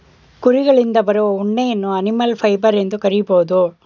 ಕುರಿಗಳಿಂದ ಬರುವ ಉಣ್ಣೆಯನ್ನು ಅನಿಮಲ್ ಫೈಬರ್ ಎಂದು ಕರಿಬೋದು